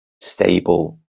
stable